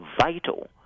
vital